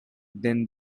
then